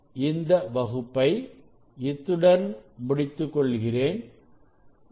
இந்த வகுப்பை இத்துடன் முடித்துக்கொள்கிறேன் நன்றி